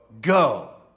go